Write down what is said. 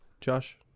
Josh